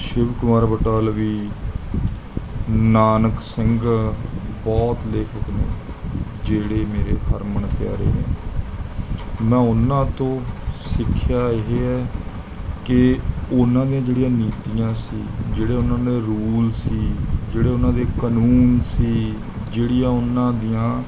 ਸ਼ਿਵ ਕੁਮਾਰ ਬਟਾਲਵੀ ਨਾਨਕ ਸਿੰਘ ਬਹੁਤ ਲੇਖਕ ਨੇ ਜਿਹੜੇ ਮੇਰੇ ਹਰਮਨ ਪਿਆਰੇ ਨੇ ਮੈਂ ਉਹਨਾਂ ਤੋਂ ਸਿੱਖਿਆ ਇਹ ਹੈ ਕਿ ਉਹਨਾਂ ਦੀਆਂ ਜਿਹੜੀਆਂ ਨੀਤੀਆਂ ਸੀ ਜਿਹੜੇ ਉਹਨਾਂ ਦੇ ਰੂਲ ਸੀ ਜਿਹੜੇ ਉਹਨਾਂ ਦੇ ਕਾਨੂੰਨ ਸੀ ਜਿਹੜੀਆਂ ਉਹਨਾਂ ਦੀਆਂ